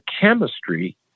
chemistry